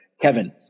Kevin